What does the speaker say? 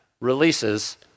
releases